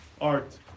art